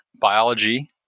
biology